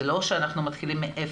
זה לא שאנחנו מתחילים מאפס,